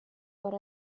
what